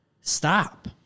Stop